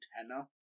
antenna